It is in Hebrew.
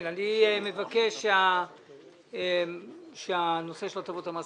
אני חוזר ואומר שיש בו הרבה מאוד חורים.